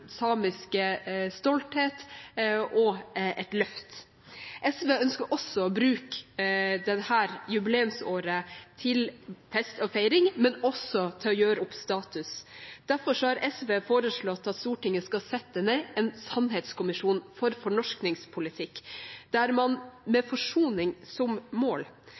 samisk stolthet og et løft. SV ønsker å bruke dette jubileumsåret til fest og feiring, men også til å gjøre opp status. Derfor har SV foreslått at Stortinget skal sette ned en sannhetskommisjon for fornorskningspolitikk, der man med forsoning som mål